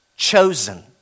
Chosen